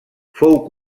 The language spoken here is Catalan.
fou